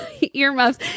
Earmuffs